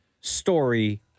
story